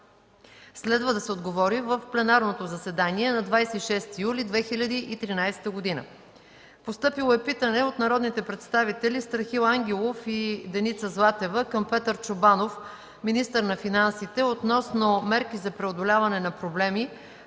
Следва да се отговори в пленарното заседание на 26 юли 2013 г.; - народните представители Страхил Ангелов и Деница Златева към Петър Чобанов – министър на финансите, относно мерки за преодоляване на проблеми,